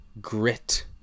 Grit